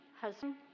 husband